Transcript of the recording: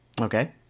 Okay